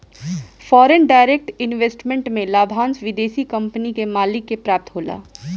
foreign direct investment में लाभांस विदेशी कंपनी के मालिक के प्राप्त होला